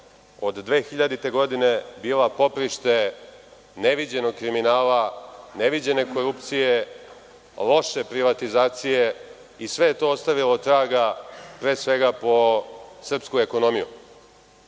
od 2000. godine, bila poprište neviđenog kriminala, neviđene korupcije, loše privatizacije i sve je to ostavilo traga, pre svega po srpsku ekonomiju. Njen